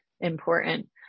important